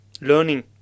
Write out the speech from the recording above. learning